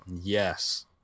Yes